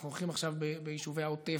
אנחנו הולכים עכשיו ביישובי העוטף,